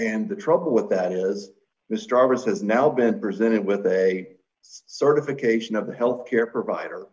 and the trouble with that is this star has now been presented with a certification of the health care provider